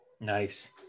Nice